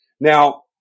Now